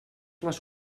les